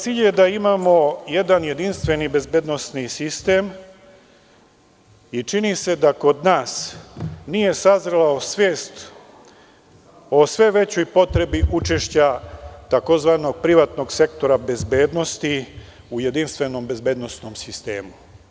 Cilj je da imamo jedan jedinstveni bezbednosni sistem i čini se da kod nas nije sazrela svest o sve većoj potrebi učešća tzv. privatnog sektora bezbednosti u jedinstvenom bezbednosnom sistemu.